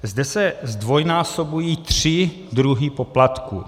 Zde se zdvojnásobují tři druhy poplatků.